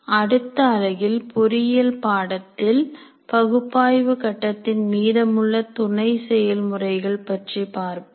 அடுத்த அலகில் பொறியியல் பாடத்தில் பகுப்பாய்வு கட்டத்தின் மீதமுள்ள துணை செயல்முறைகள் பற்றி பார்ப்போம்